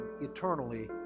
eternally